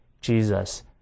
Jesus